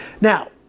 Now